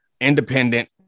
independent